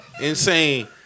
Insane